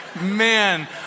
Man